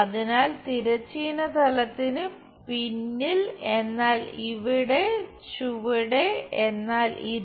അതിനാൽ തിരശ്ചീന തലത്തിന് പിന്നിൽ എന്നാൽ ഇവിടെ ചുവടെ എന്നാൽ ഇത്